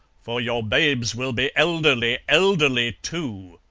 for your babes will be elderly elderly too.